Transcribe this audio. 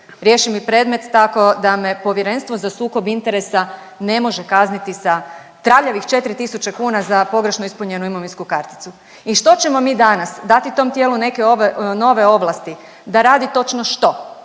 riješi mi predmet tako da me Povjerenstvo za sukob interesa ne može kazniti sa traljavih 4000 kn za pogrešno ispunjenu imovinsku karticu.“ I što ćemo mi danas? Dati tom tijelu neke nove ovlast da radi točno što?